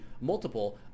multiple